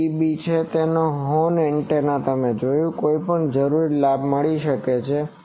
1 dB છે અથવા horn antenna તમે જોયું છે કે કોઈપણ જરૂરી લાભ મળી શકે છે